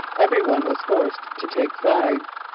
every one was forced to take sides.